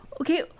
Okay